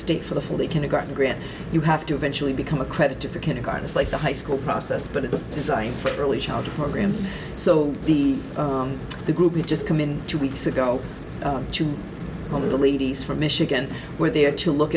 state for the full day kindergarten grant you have to eventually become accredited for kindergartens like the high school process but it was designed for early childhood programs so the the group had just come in two weeks ago two of the ladies from michigan were there to look